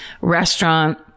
restaurant